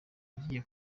igiye